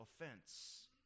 offense